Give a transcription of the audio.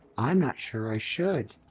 i'm not sure i should.